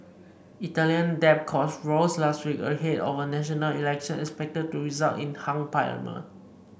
Italian debt costs rose last week ahead of a national election expected to result in a hung parliament